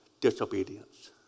disobedience